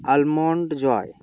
almond joy